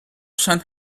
saint